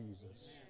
Jesus